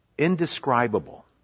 indescribable